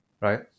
right